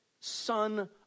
son